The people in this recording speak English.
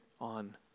on